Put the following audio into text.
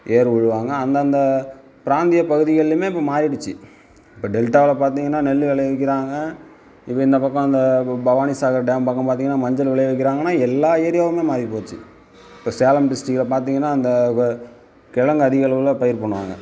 ஏர் உழுவாங்க அந்தந்த பிராந்திய பகுதிகளிலுமே இப்போ மாறிடுச்சு இப்போ டெல்ட்டாவில் பார்த்தீங்கன்னா நெல் விளைவிக்கிறாங்க இப்போ இந்த பக்கம் அந்த ப பவானி சாகர் டேம் பக்கம் பார்த்தீங்கன்னா மஞ்சள் விளைய வைக்கிறாங்கன்னால் எல்லா ஏரியாவுமே மாறிப் போச்சு இப்போ சேலம் டிஸ்ட்ரிக்ட்டில் பார்த்தீங்கன்னா அந்த க கிழங்கு அதிகளவில் பயிர் பண்ணுவாங்க